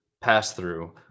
pass-through